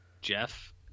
Jeff